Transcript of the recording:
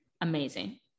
Amazing